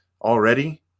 already